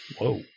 Whoa